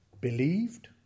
believed